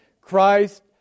Christ